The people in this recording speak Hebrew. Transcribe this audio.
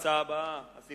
הסעיף הבא בסדר-היום,